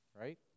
Right